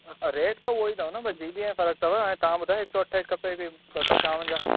rate त उहो ई अथव न बसि जी बी जो फ़र्क़ु अथव हाणे तव्हां ॿुधायो हिकु सौ अठावीह खपे की ॿ सौ छावंजाह